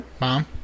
Mom